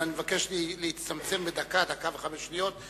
אבל אני מבקש להצטמצם לדקה, דקה וחמש שניות.